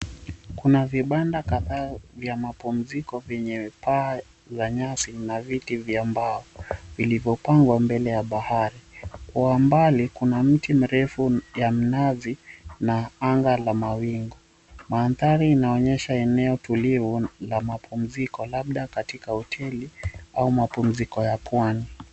Kuna vibanda kadhaa vya mapumziko vyenye paa za nyasi na viti vya mbao vilivyopangwa mbele ya bahari. Kwa mbali kuna mti mrefu ya mnazi na anga la mawingu. Mandhari inaonyesha eneo tulio la mapumziko, labda katika hoteli au mapumziko ya pwani.